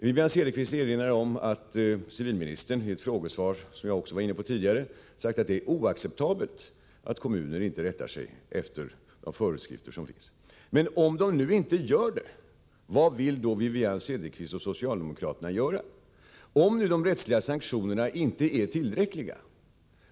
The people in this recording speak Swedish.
Wivi-Anne Cederqvist erinrade om att civilministern i ett frågesvar, vilket också jag var inne på tidigare, sagt att det är oacceptabelt att kommuner inte rättar sig efter gällande föreskrifter. Men om de nu inte gör det, vad vill då Wivi-Anne Cederqvist och socialdemokraterna göra, om inte de rättsliga sanktionerna är tillräckliga?